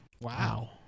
Wow